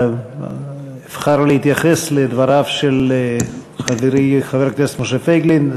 אבחר להתייחס לדבריו של חברי חבר הכנסת משה פייגלין.